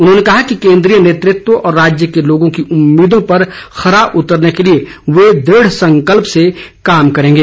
उन्होंने कहा कि केन्द्रीय नेतृत्व व राज्य के लोगों की उम्मीदों पर खरा उतरने के लिए वे दृढ़ संकल्प से कार्य करेंगे